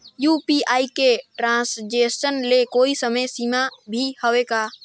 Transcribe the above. UPI के transaction ले कोई समय सीमा भी हवे का?